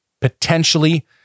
potentially